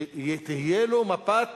שתהיה לו מפת